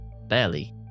barely